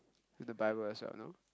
the Bible as well no